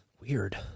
weird